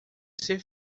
ser